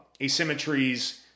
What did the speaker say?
asymmetries